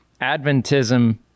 Adventism